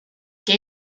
que